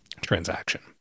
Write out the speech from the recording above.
transaction